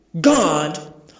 God